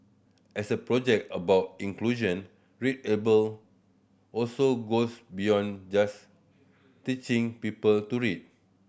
as a project about inclusion readable also goes beyond just teaching people to read